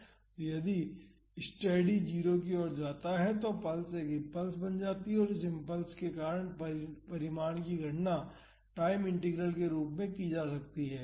तो यदि स्टेडी 0 की ओर जाता है तो यह पल्स एक इम्पल्स बन जाती है और उस इम्पल्स के परिमाण की गणना टाइम इंटीग्रल के रूप में की जा सकती है